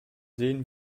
sehen